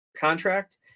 contract